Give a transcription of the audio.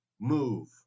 move